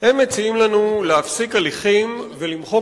הם מציעים לנו להפסיק הליכים ולמחוק